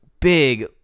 big